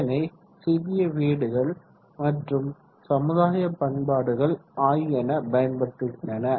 இதனை சிறிய வீடுகள் மற்றும் சமுதாய பயன்பாடுகள் ஆகியன பயன்படுத்துகின்றன